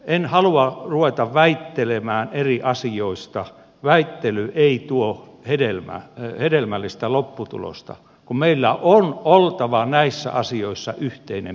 en halua ruveta väittelemään eri asioista väittely ei tuo hedelmällistä lopputulosta kun meillä on oltava näissä asioissa yhteinen päämäärä